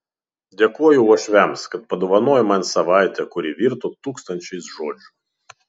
dėkoju uošviams kad padovanojo man savaitę kuri virto tūkstančiais žodžių